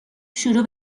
شروع